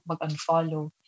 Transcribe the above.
mag-unfollow